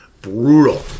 brutal